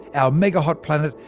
our mega-hot planet,